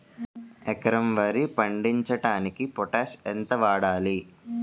ఎకరం వరి పండించటానికి పొటాష్ ఎంత వాడాలి?